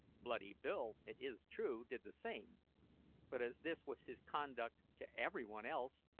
bloody bill, it is true, did the same but as this was his conduct to every one else,